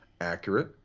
accurate